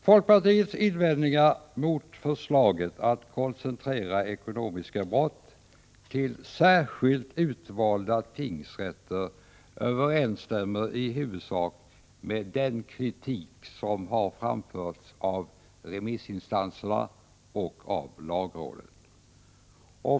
Folkpartiets invändningar mot förslaget att koncentrera ekobrott till särskilt utvalda tingsrätter överensstämmer i huvudsak med den kritik som har framförts av remissinstanserna och av lagrådet.